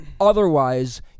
otherwise